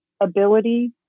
ability